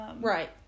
Right